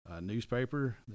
newspaper